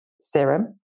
serum